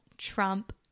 trump